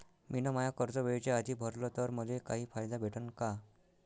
मिन माय कर्ज वेळेच्या आधी भरल तर मले काही फायदा भेटन का?